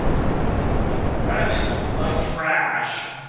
my city is being ravaged by trash